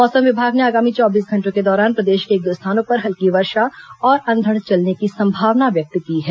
मौसम विभाग ने आगामी चौबीस घंटों के दौरान प्रदेश के एक दो स्थानों पर हल्की वर्षा और अंधड़ चलने की संभावना व्यक्त की है